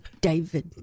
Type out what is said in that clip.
David